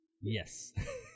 yes